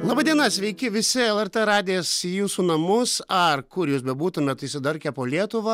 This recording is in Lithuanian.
laba diena sveiki visi lrt radijas į jūsų namus ar kur jūs bebūtumėt išsidarkę po lietuvą